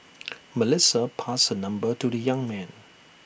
Melissa passed her number to the young man